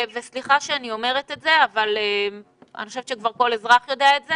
וסליחה שאני אומרת את זה אבל אני חושבת שכבר כל אזרח יודע את זה